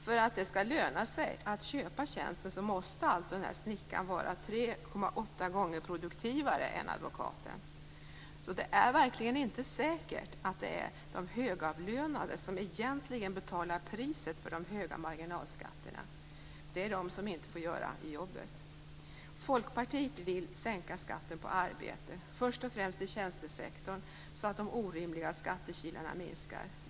För att det skall löna sig att köpa tjänsten måste alltså snickaren vara 3,8 gånger produktivare än advokaten. Det är verkligen inte säkert att det är de högavlönade som egentligen betalar priset för de höga marginalskatterna! Det är de som inte får göra jobbet. Folkpartiet vill sänka skatten på arbete, först och främst i tjänstesektorn, så att de orimliga skattekilarna minskar.